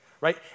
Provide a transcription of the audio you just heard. right